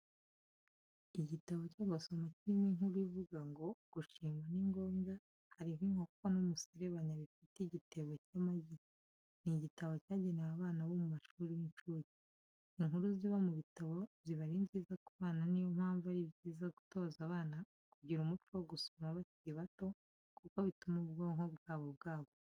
Igitabo cyo gusoma kirimo inkuru ivuga ngo Gushima ni ngombwa , hariho inkoko n'umuserebanya bifite igitebo cy'amagi, ni igitabo cyagenewe abana bomu mashuri y'insuke. Inkuru ziba mu bitabo ziba ari nziza ku bana niyo mpamvu ari byiza gutoza abana kugira umuco wo gusoma bakiri bato kuko bituma ubwonko bwabo bwaguka